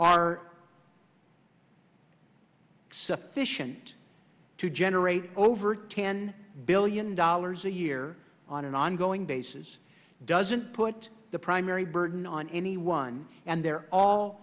are sufficient to generate over ten billion dollars a year on an ongoing basis doesn't put the primary burden on anyone and they're all